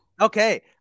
Okay